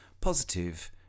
Positive